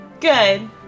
Good